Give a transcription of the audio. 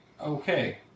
Okay